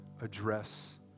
Address